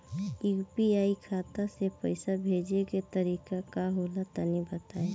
UPI खाता से पइसा भेजे के तरीका का होला तनि बताईं?